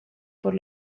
por